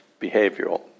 behavioral